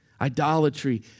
idolatry